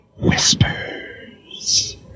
Whispers